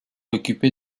occupé